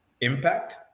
impact